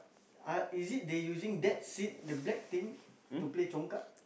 uh is it they using that seed the black thing to play congkak